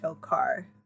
car